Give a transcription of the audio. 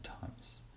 times